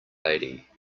lady